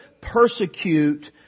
persecute